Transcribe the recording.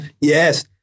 Yes